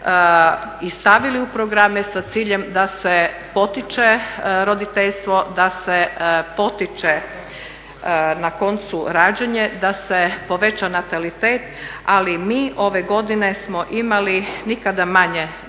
i stavili u programe sa ciljem da se potiče roditeljstvo, da se potiče na koncu rađanje, da se poveća natalitet. Ali mi ove godine smo imali nikada manje,